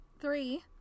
three